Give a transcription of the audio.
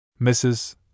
Mrs